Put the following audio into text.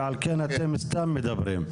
ועל כן אתם סתם מדברים.